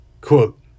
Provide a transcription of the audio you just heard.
Quote